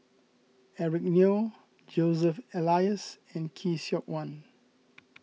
Eric Neo Joseph Elias and Khoo Seok Wan